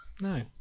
No